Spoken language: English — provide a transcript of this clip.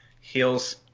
heals